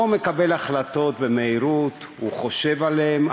שהוא לא מקבל החלטות במהירות, הוא חושב עליהן.